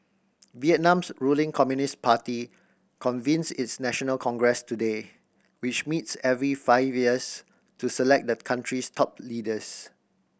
Vietnam's ruling Communist Party convenes its national congress today which meets every five years to select the country's top leaders